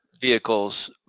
vehicles